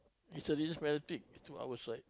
he's a fanatic to our side